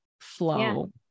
flow